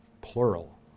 plural